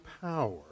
power